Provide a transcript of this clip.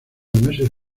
meses